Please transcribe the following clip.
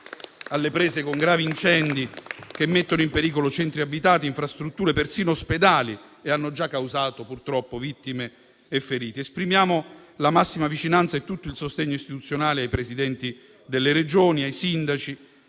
alle prese con gravi incendi che mettono in pericolo centri abitati, infrastrutture, persino ospedali e che hanno già causato, purtroppo, vittime e feriti. Esprimiamo la massima vicinanza e tutto il sostegno istituzionale ai Presidenti delle Regioni, ai sindaci,